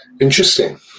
Interesting